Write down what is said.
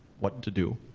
what to do.